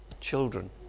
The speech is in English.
children